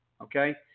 okay